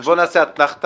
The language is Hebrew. אז בוא נעשה אתנחתא.